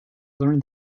learn